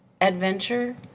adventure